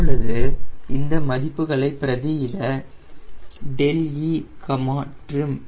இப்பொழுது இந்த மதிப்புகளை பிரதியிட e trim 0